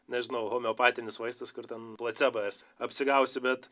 nežinau homeopatinis vaistas kur ten placebas apsigausiu bet